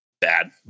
bad